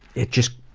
it just.